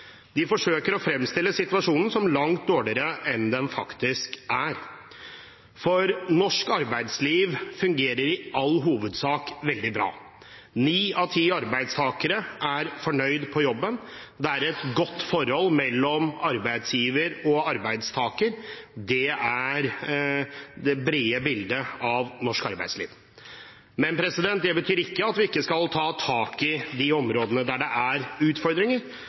De forsøker å fremstille situasjonen som langt dårligere enn den faktisk er, for norsk arbeidsliv fungerer i all hovedsak veldig bra. Ni av ti arbeidstakere er fornøyd på jobben, det er et godt forhold mellom arbeidsgiver og arbeidstaker, det er det brede bildet av norsk arbeidsliv. Men det betyr ikke at vi ikke skal ta tak i de områdene der det er utfordringer,